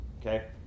Okay